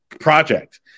project